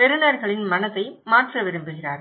பெறுநர்களின் மனதை மாற்ற விரும்புகிறார்கள்